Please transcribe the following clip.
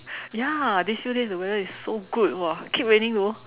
ya these few days the weather is so good !wah! keep raining though